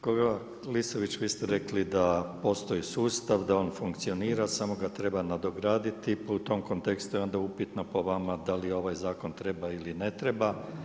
Kolega Klisović vi ste rekli da postoji sustav, da on funkcionira, samo ga treba nadograditi, pa u tom kontekstu je onda upitan po vama, da li ovaj zakon treba ili ne treba.